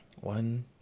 one